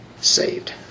Saved